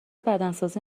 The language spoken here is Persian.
بدنسازی